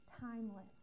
Timeless